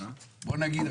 בוא נגיד,